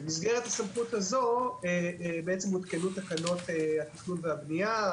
במסגרת הסמכות הזו הותקנו תקנות התכנון והבנייה,